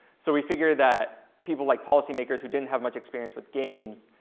so we figured that people like policymakers, who didn't have much experience with games,